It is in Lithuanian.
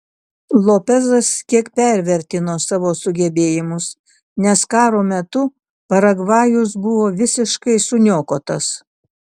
lopezas kiek pervertino savo sugebėjimus nes karo metu paragvajus buvo visiškai suniokotas